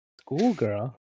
Schoolgirl